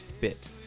bit